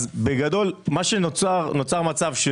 שנה